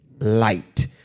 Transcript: light